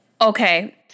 okay